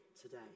today